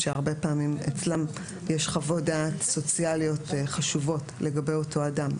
שהרבה פעמים אצלם יש חוות-דעת סוציאליות חשובות לגבי אותו אדם.